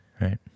Right